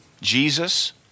Jesus